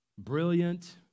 Brilliant